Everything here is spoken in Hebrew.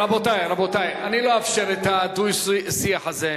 רבותי, רבותי, אני לא אאפשר את הדו-שיח הזה.